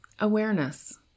awareness